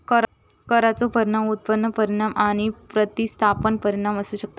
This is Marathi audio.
करांचो परिणाम उत्पन्न परिणाम आणि प्रतिस्थापन परिणाम असू शकतत